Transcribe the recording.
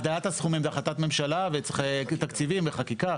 הגדרת הסכומים זו החלטת ממשלה וצריך תקציבים וחקיקה.